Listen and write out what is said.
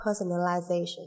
personalization